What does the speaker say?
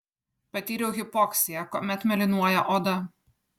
patyriau hipoksiją kuomet mėlynuoja oda